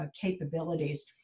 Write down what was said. capabilities